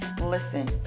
Listen